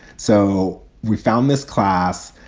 so we found this class,